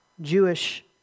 Jewish